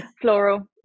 Floral